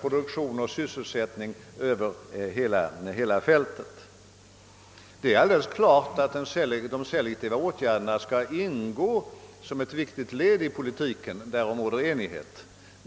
produktion och sysselsättning över hela fältet. Det är alldeles klart att selektiva åtgärder skall ingå som ett viktigt led i politiken. Därom råder enighet.